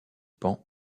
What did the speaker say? pend